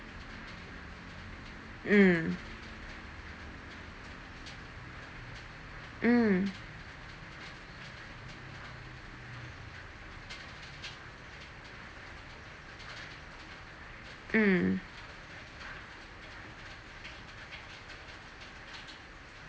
mm mm mm